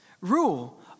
Rule